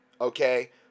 Okay